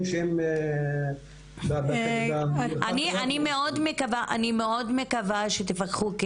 שהם --- אני מאוד מקווה שתפקחו,